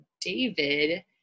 David